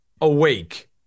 awake